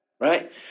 Right